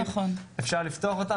אפשר לפתוח אותה,